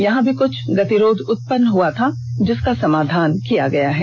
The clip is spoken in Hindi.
यहां भी कुछ गतिरोध उत्पन्न हुआ था जिसका समाधान किया गया है